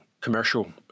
commercial